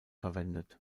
verwendet